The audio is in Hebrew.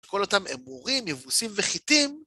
כל אותם אמורים, יבוסים וחיתים.